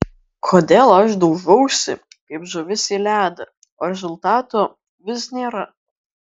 kodėl aš daužausi kaip žuvis į ledą o rezultato vis nėra